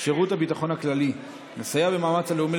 שירות הביטחון הכללי לסייע למאמץ הלאומי